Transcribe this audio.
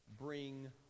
bring